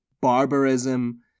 barbarism